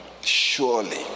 Surely